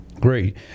Great